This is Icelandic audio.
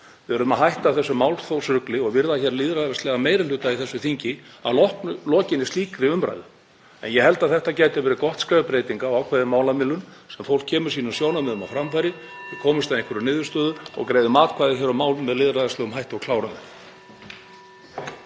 Við verðum að hætta þessu málþófsrugli og virða lýðræðislegan meiri hluta í þessu þingi að lokinni slíkri umræðu. En ég held að þetta gæti verið gott skref breytinga og ákveðin málamiðlun þar sem fólk kemur sínum sjónarmiðum á framfæri, við komumst að einhverri niðurstöðu og greiðum atkvæði um mál með lýðræðislegum hætti og klárum